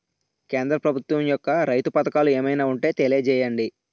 కేంద్ర ప్రభుత్వం యెక్క రైతు పథకాలు ఏమైనా ఉంటే తెలియజేయండి?